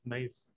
Nice